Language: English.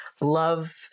love